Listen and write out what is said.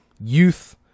youth